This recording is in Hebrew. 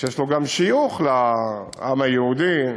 שיש לו גם שיוך לעם היהודי,